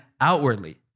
outwardly